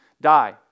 die